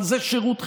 אבל זה שירות חיוני,